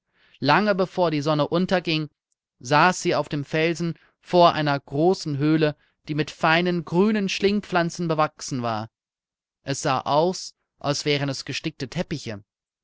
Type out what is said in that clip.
lange bevor die sonne unterging saß